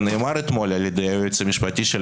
ונאמר אתמול על ידי היועץ המשפטי של